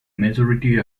majority